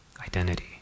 identity